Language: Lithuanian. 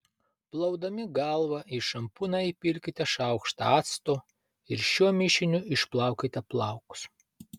plaudami galvą į šampūną įpilkite šaukštą acto ir šiuo mišiniu išplaukite plaukus